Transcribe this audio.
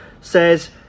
says